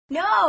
no